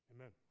Amen